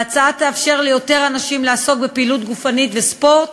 ההצעה תאפשר ליותר אנשים לעסוק בפעילות גופנית וספורט